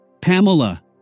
Pamela